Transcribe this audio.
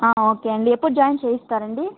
okay అండి ఎప్పుడు join చేయిస్తారండి